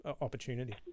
opportunity